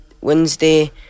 Wednesday